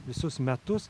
visus metus